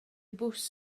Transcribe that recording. bws